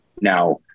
now